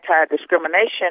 anti-discrimination